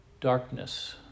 Darkness